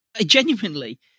Genuinely